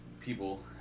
people